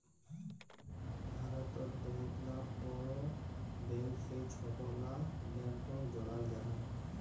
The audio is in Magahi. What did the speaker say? भारतोत बहुत ला बोड़ो बैंक से छोटो ला बैंकोक जोड़ाल जाहा